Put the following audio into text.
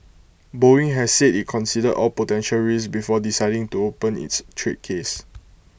boeing has said IT considered all potential risks before deciding to open its trade case